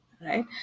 Right